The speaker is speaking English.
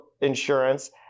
insurance